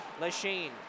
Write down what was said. Lachine